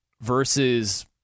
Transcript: versus